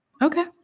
Okay